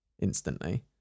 instantly